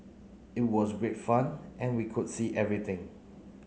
it was great fun and we could see everything